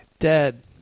dead